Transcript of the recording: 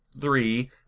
three